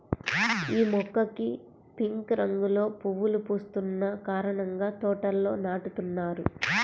యీ మొక్కకి పింక్ రంగులో పువ్వులు పూస్తున్న కారణంగా తోటల్లో నాటుతున్నారు